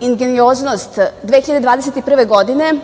ingenioznost 2021. godine,